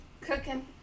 Cooking